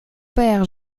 père